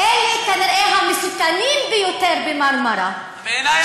אלה כנראה המסוכנים ביותר ב"מרמרה" בעיני את,